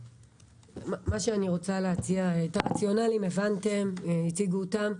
את הרציונל הבנתם, הציגו אותו.